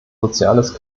soziales